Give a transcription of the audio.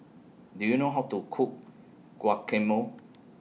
Do YOU know How to Cook Guacamole